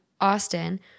Austin